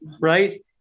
right